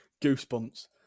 Goosebumps